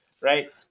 right